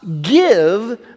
give